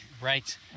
Right